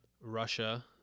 russia